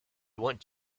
want